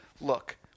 look